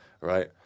right